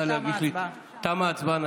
תמה ההצבעה.